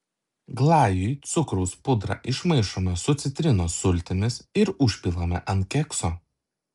glajui cukraus pudrą išmaišome su citrinos sultimis ir užpilame ant kekso